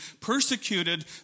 persecuted